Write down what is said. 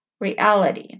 reality